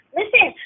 listen